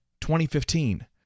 2015